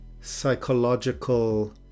psychological